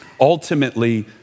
ultimately